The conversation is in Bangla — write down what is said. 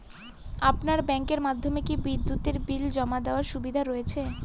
আপনার ব্যাংকের মাধ্যমে কি বিদ্যুতের বিল জমা দেওয়ার সুবিধা রয়েছে?